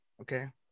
Okay